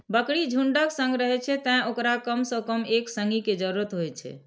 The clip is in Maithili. बकरी झुंडक संग रहै छै, तें ओकरा कम सं कम एक संगी के जरूरत होइ छै